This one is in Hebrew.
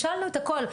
שאלנו את הכל.